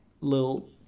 little